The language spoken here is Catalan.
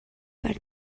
per